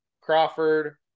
crawford